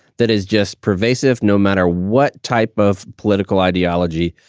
that is just pervasive no matter what type of political ideology,